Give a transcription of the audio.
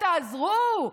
תעזרו.